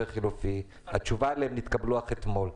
חלופי התשובה עליהן התקבלה רק אתמול.